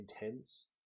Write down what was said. intense